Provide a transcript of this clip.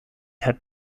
had